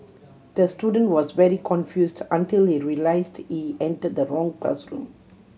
the student was very confused until he realised he entered the wrong classroom